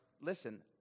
listen